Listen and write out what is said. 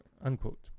Unquote